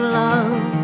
love